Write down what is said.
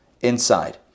inside